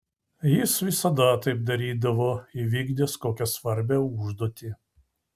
jis visada taip darydavo įvykdęs kokią svarbią užduotį